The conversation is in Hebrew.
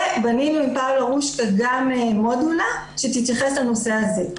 ובנינו עם פאולה רושקה גם מודולה שתתייחס לנושא הזה.